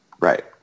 Right